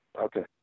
Okay